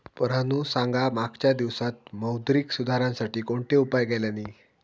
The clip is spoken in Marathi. पोरांनो सांगा मागच्या दिवसांत मौद्रिक सुधारांसाठी कोणते उपाय केल्यानी?